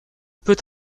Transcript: peut